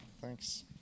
Thanks